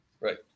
right